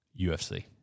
UFC